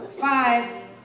five